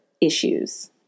issues